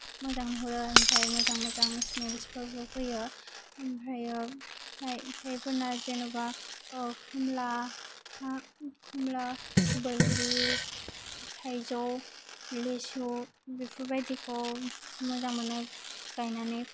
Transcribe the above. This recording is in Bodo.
मोजां नुहरो ओमफ्राय मोजां मोजां स्मेल्सफोरबो फैयो ओमफ्रायो फिथाइ फिथाइफोरना जेनबा ओ खमला ओ खमला बैग्रि थाइजौ लिशु बिफोरबायदिखौ मोजां मोनो गायनानै